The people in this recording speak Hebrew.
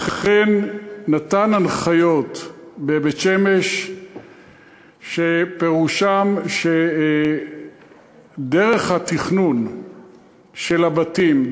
אכן נתן הנחיות בבית-שמש שפירושן שדרך התכנון של הבתים,